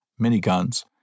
miniguns